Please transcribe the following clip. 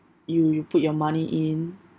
you you put your money in